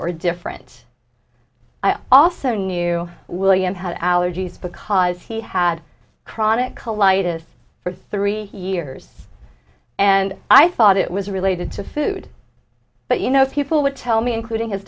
or different i also knew william had allergies because he had chronic collided for three years and i thought it was related to food but you know people would tell me including his